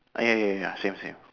ah ya ya ya same same